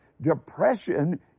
Depression